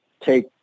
take